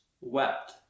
wept